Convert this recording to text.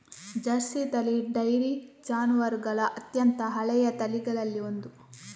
Jersey ತಳಿ dairy ಜಾನುವಾರುಗಳ ಅತ್ಯಂತ ಹಳೆಯ ತಳಿಗಳಲ್ಲಿ ಒಂದು